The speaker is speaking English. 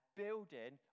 building